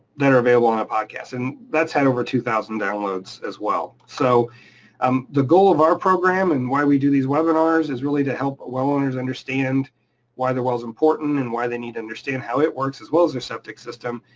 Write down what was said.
that are available on a podcast, and that's had over two thousand downloads as well. so um the goal of our program and why we do these webinars is really to help but well owners understand why their well's important and why they need to understand how it works as well as their septic system.